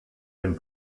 dem